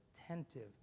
attentive